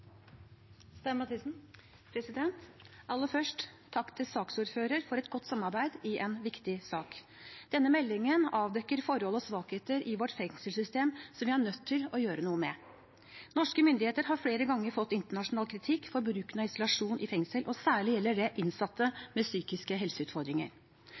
Aller først: Takk til saksordføreren for et godt samarbeid i en viktig sak. Denne meldingen avdekker forhold og svakheter i vårt fengselssystem som vi er nødt til å gjøre noe med. Norske myndigheter har flere ganger fått kritikk internasjonalt for bruken av isolasjon i fengsel, og særlig gjelder det